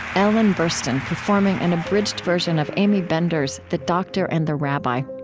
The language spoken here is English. ellen burstyn, performing an abridged version of aimee bender's the doctor and the rabbi.